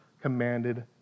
commanded